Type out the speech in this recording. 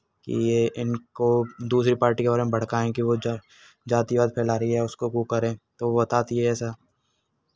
कि इनको दूसरी पार्टी के बारे में भड़काएंगे वो जातिवाद फैला रही है उसको वो करें तो वो बताती है ऐसा